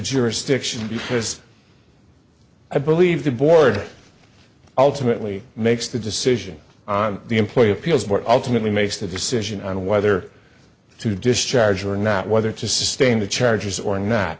jurisdiction because i believe the board ultimately makes the decision on the employee appeals court ultimately makes the decision on whether to discharge or not whether to sustain the charges or not